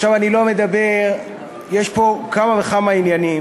עכשיו, אני לא מדבר, יש פה כמה וכמה עניינים.